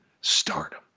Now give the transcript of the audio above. Stardom